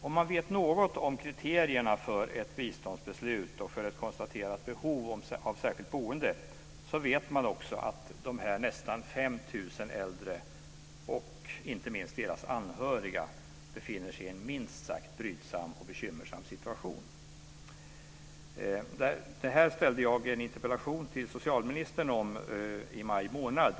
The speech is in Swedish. Om man vet något om kriterierna för ett biståndsbeslut och för ett konstaterat behov av särskilt boende vet man också att de här nästan 5 000 äldre och inte minst deras anhöriga befinner sig i en minst sagt brydsam och bekymmersam situation. Det här ställde jag en interpellation om till socialministern i maj månad.